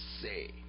say